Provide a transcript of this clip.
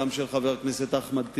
גם של חבר הכנסת סילבן שלום,